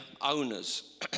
owners